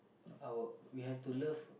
our we have to love